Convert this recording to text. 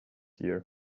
year